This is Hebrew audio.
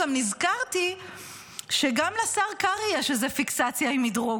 נזכרתי שגם לשר קרעי יש איזו פיקסציה עם מדרוג.